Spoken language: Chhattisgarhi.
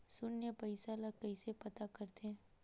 शून्य पईसा ला कइसे पता करथे?